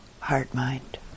heart-mind